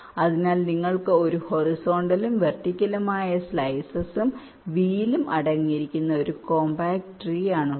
അതിനാൽ നിങ്ങൾക്ക് ഒരു ഹൊറിസോണ്ടലും വെർട്ടിക്കലുമായ സ്ലൈസെസും വീലും അടങ്ങിയിരിക്കുന്ന ഒരു കോംപോസിറ്റ് ട്രീ ആണ് ഉള്ളത്